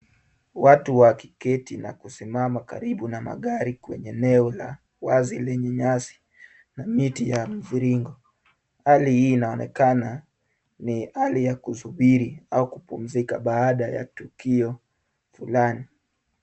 Watu wakiketi na kusimama karibu na magari kwenye eneo la wazi lenye nyasi na miti ya mviringo. Hali hii inaonekana ni hali ya kusubiri au kupumzika baada ya tukio fulani.